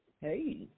hey